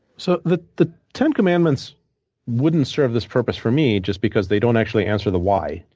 so the the ten commandments wouldn't serve this purpose for me just because they don't actually answer the why.